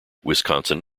wisconsin